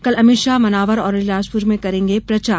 कल अमित शाह मनावर और अलीराजपुर में करेंगे प्रचार